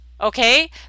okay